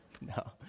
No